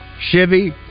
Chevy